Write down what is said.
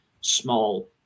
small